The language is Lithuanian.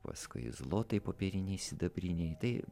paskui zlotai popieriniai sidabriniai tai